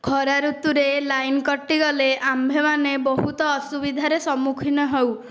ଖରା ଋତୁରେ ଲାଇନ୍ କଟିଗଲେ ଆମ୍ଭେମାନେ ବହୁତ ଅସୁବିଧାର ସମ୍ମୁଖୀନ ହେଉ